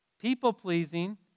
People-pleasing